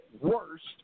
worst